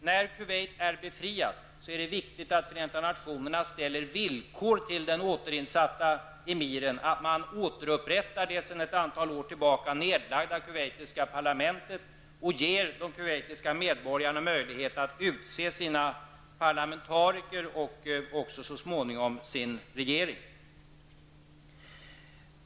När Kuwait är befriat är det viktigt att Förenta nationerna uppställer som villkor för den återinsatta emiren att man återupprättar det sedan ett antal år tillbaka nedlagda kuwaitiska parlamentet och ger de kuwaitiska medborgarna möjlighet att utse sina parlamentariker och så småningom också sin regering.